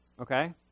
okay